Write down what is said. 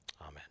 Amen